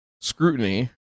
scrutiny